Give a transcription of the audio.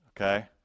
Okay